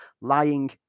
lying